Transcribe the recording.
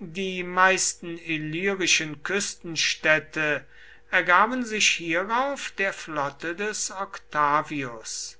die meisten illyrischen küstenstädte ergaben sich hierauf der flotte des octavius